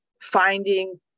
finding